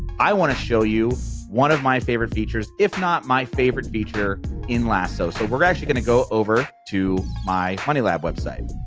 i to show you one of my favorite features, if not my favorite feature in lasso. so we're actually gonna go over to my money lab website.